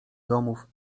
domów